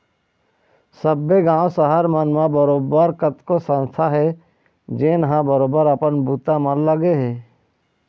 सब्बे गाँव, सहर मन म बरोबर कतको संस्था हे जेनहा बरोबर अपन बूता म लगे हे